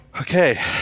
Okay